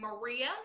Maria